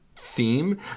theme